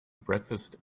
breakfast